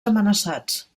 amenaçats